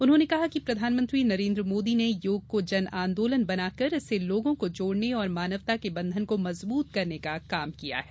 उन्होंने कहा कि प्रधानमंत्री नरेंद्र मोदी ने योग को जन आंदोलन बनाकर इससे लोगों को जोड़ने और मानवता के बंधन को मजबूत करने का काम किया है